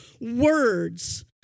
words